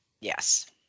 Yes